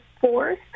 fourth